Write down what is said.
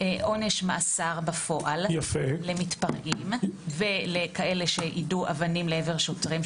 עונש מאסר בפועל למתפרעים ולכאלה שיידו אבנים לעבר שוטרים,